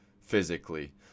physically